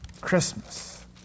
Christmas